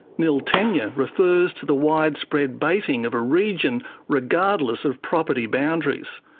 nil tenure refers to the widespread baiting of a region regardless of property boundaries.